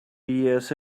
years